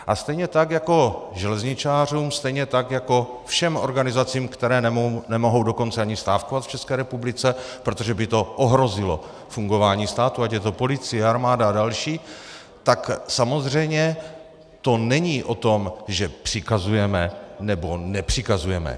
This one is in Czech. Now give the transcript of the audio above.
A stejně tak jako železničářům, stejně tak jako všem organizacím, které nemohou dokonce ani stávkovat v ČR, protože by to ohrozilo fungování státu, ať je to policie, armáda a další, tak samozřejmě to není o tom, že přikazujeme nebo nepřikazujeme.